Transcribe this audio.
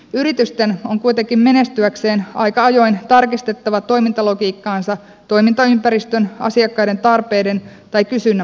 yritysten on kuitenkin menestyäkseen aika ajoin tarkistettava toimintalogiikkaansa toimintaympäristön asiakkaiden tarpeiden tai kysynnän muuttuessa